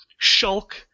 Shulk